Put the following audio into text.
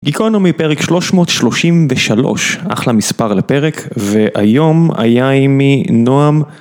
גיקונומי פרק 333, אחלה מספר לפרק, והיום היה עימי נועם.